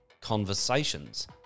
Conversations